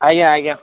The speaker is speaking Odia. ଆଜ୍ଞାଁ ଆଜ୍ଞାଁ